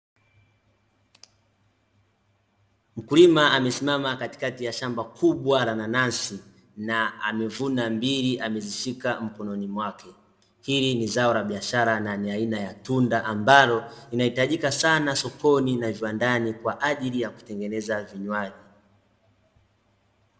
Mkulima amesimama katikati ya shamba kubwa la nanasi na amevuna mbili amezishika mkononi mwake. Hili ni zao la biashara na ni aina ya tunda ambalo linahitajika sana sokoni na viwandani kwa ajili ya kutengeneza vinywaji.